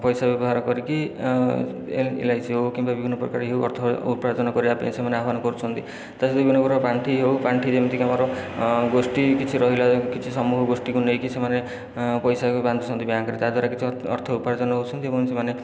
ପଇସା ବ୍ୟବହାର କରିକି ଏଲଆଇସି ହେଉ କିମ୍ବା ବିଭିନ୍ନ ପ୍ରକାରର ଅର୍ଥ ଉପାର୍ଜନ କରିବା ପାଇଁ ସେମାନେ ଆହ୍ଵାନ କରୁଛନ୍ତି ତାହା ସହିତ ବିଭିନ୍ନ ପ୍ରକାରର ପାଣ୍ଠି ହେଉ ପାଣ୍ଠି ଯେମିତିକି ଆମର ଗୋଷ୍ଠୀ କିଛି ରହିଲା ସମୂହ ଗୋଷ୍ଠୀକୁ ନେଇକି ସେମାନେ ପଇସା ବାନ୍ଧୁଛନ୍ତି ବ୍ୟାଙ୍କ ତାହା ଦ୍ଵାରା କିଛି ଅର୍ଥ ଉପାର୍ଜନ ହେଉଛନ୍ତି ଏବଂ ସେମାନେ